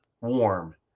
warm